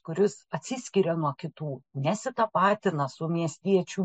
kuris atsiskiria nuo kitų nesitapatina su miestiečių